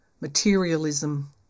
materialism